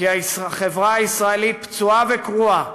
כי החברה הישראלית פצועה וקרועה,